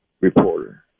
reporter